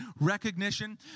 recognition